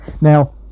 Now